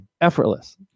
Effortless